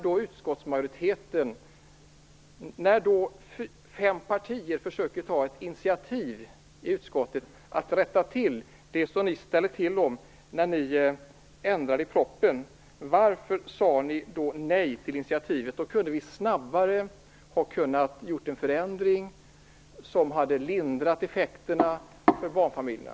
Fem partier i utskottet försökte ta ett initiativ för att rätta till det som ni hade ställt till med när ni ändrade i propositionen. Varför sade ni nej till det initiativet? Vi hade kunnat snabbare göra en förändring som hade lindrat effekterna för barnfamiljerna.